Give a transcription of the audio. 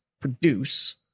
produce